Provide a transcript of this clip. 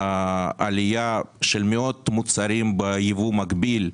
עלייה של מאות מוצרים בייבוא מקביל,